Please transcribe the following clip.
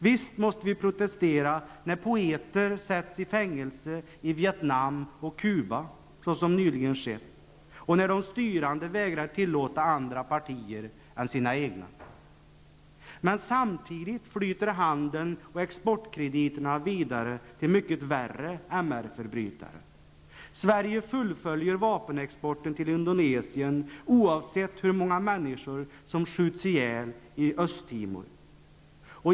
Visst måste vi protestera när poeter sätts i fängelse i Vietnam och på Cuba, såsom nyligen skett, och när de styrande vägrar tillåta andra partier än sina egna. Men samtidigt flyter handeln och exportkrediterna vidare till mycket värre MR förbrytare. Sverige fullföljer vapenexporten till Indonesien oavsett hur många människor som skjuts ihjäl i Östtimor.